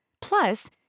Plus